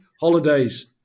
holidays